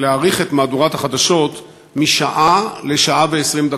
להאריך את מהדורת החדשות משעה לשעה ו-20 דקות,